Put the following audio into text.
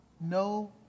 no